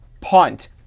punt